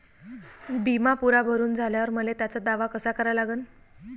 बिमा पुरा भरून झाल्यावर मले त्याचा दावा कसा करा लागन?